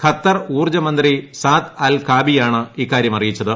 Qatar ഊർജ്ജ മന്ത്രി Saad Al കാബിയാണ് ഇക്കാര്യം അറിയിച്ചത്